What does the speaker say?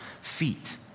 feet